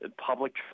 public